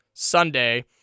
Sunday